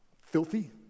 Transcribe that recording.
filthy